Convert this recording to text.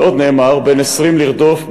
ועוד נאמר: "בן עשרים לרדוף,